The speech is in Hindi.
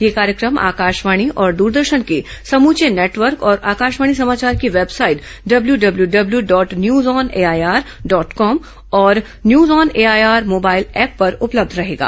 यह कार्यक्रम आकाशवाणी और द्रदर्शन के समूचे नेटवर्क और आकाशवाणी समाचार की website W W dot news on AIR dot com और news on AIR mobile app पर उपलब्ध रहेगा